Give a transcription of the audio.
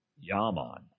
Yaman